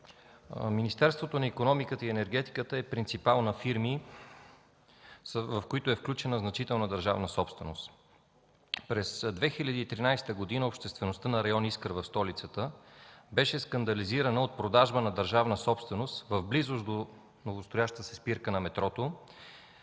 Министерството на икономиката и енергетиката е принципал на фирми, в които е включена значителна държавна собственост. През 2013 г. обществеността на район „Искър“ в столицата беше скандализирана от продажба на държавна собственост в близост до новострояща се спирка на метрото